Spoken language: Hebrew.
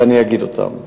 ואני אגיד אותם,